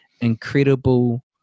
incredible